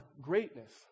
greatness